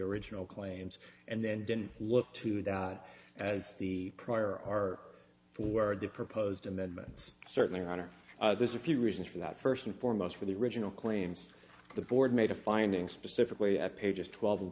original claims and then didn't look to the as the prior are forward the proposed amendments certainly are there's a few reasons for that first and foremost for the original claims the board made a finding specifically at pages twelve and